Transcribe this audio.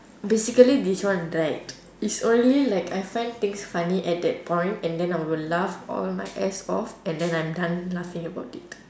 basically this one right is only like I find things funny at that point and then I will laugh all my ass off and then I'm done laughing about it